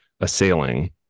assailing